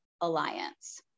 alliance